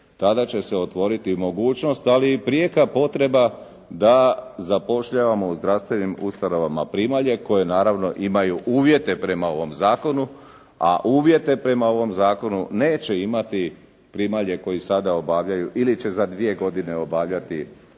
tada će se otvoriti mogućnost, ali i prijeka potreba da zapošljavamo u zdravstvenim ustanovama primalje koje naravno imaju uvjete prema ovom zakonu, a uvjete prema ovom zakonu neće imati primalje koje sada obavljaju ili će za dvije godine obavljati posao